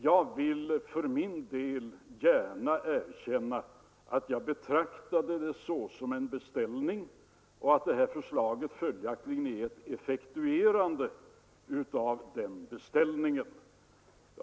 Jag vill för min del gärna erkänna att jag betraktade det såsom en beställning och att det här förslaget följaktligen är ett effektuerande av den beställningen.